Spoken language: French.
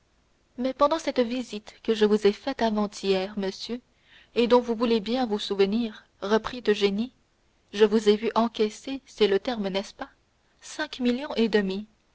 mais pendant cette visite que je vous ai faite avant-hier monsieur et dont vous voulez bien vous souvenir reprit eugénie je vous ai vu encaisser c'est le terme n'est-ce pas cinq millions et demi